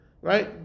Right